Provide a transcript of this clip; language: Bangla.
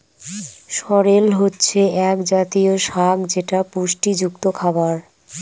সরেল হচ্ছে এক জাতীয় শাক যেটা পুষ্টিযুক্ত খাবার